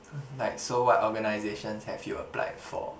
like so what organisations have you applied for